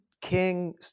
King